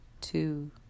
Two